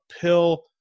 pill